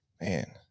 man